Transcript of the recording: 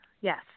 yes